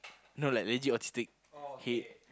no like legit autistic head